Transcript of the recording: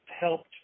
helped